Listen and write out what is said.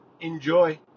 Enjoy